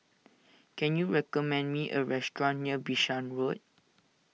can you recommend me a restaurant near Bishan Road